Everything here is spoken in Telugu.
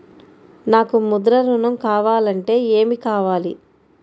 నాకు ముద్ర ఋణం కావాలంటే ఏమి కావాలి?